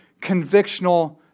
convictional